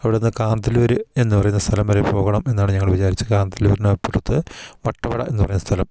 അവിടുന്ന് കാന്തല്ലൂർ എന്ന് പറയുന്ന സ്ഥലം വരെ പോകണം എന്നാണ് ഞങ്ങള് വിചാരിച്ച് കാന്തല്ലൂരിനപ്പുറത്ത് വട്ടവട എന്ന് പറയുന്ന സ്ഥലം